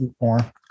more